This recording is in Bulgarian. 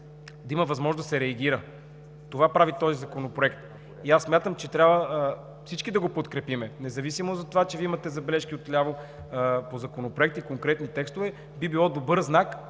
да има възможност да се реагира. Това прави този законопроект. Смятам, че трябва всички да го подкрепим, независимо че Вие отляво имате забележки по Законопроекта, по конкретни текстове, би било добър знак,